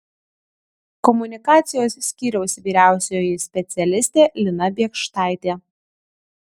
komunikacijos skyriaus vyriausioji specialistė lina biekštaitė